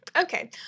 Okay